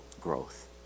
growth